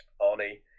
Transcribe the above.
arnie